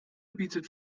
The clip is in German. bietet